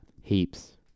Heaps